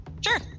Sure